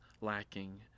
lacking